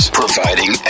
providing